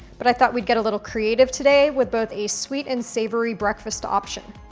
but i thought we'd get a little creative today with both a sweet and savory breakfast option.